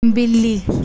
بلی